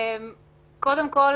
קודם כול,